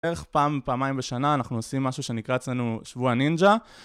בערך פעם, פעמיים בשנה אנחנו עושים משהו שנקרץ לנו שבוע נינג'ה